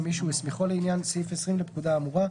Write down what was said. ומי שהוא הסמיכו לעניין סעיף 20 לפקודה האמורה,